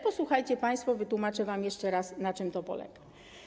Posłuchajcie państwo, wytłumaczę wam jeszcze raz, na czym to polega.